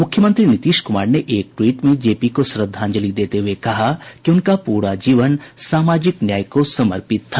मुख्यमंत्री नीतीश कुमार ने एक ट्वीट में जेपी को श्रद्वांजलि देते हुए कहा कि उनका पूरा जीवन सामाजिक न्याय को समर्पित था